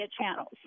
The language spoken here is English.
channels